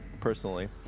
personally